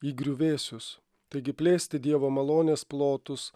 į griuvėsius taigi plėsti dievo malonės plotus